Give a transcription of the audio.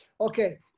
Okay